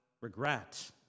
regret